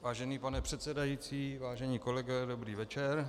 Vážený pane předsedající, vážení kolegové, dobrý večer.